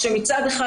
מצד אחד,